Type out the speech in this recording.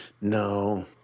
No